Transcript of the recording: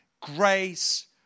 grace